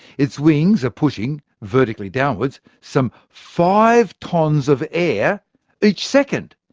its wings are pushing vertically downwards some five tonnes of air each second.